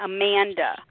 Amanda